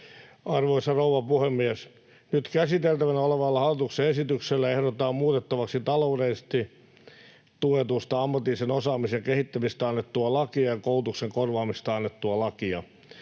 Arvoisa rouva puhemies! Nyt käsiteltävänä olevalla hallituksen esityksellä ehdotetaan muutettavaksi taloudellisesti tuetusta ammatillisen osaamisen kehittämisestä annettua lakia ja koulutuksen korvaamisesta annettua lakia.